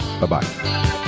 Bye-bye